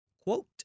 quote